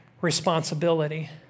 responsibility